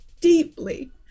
deeply